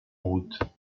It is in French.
route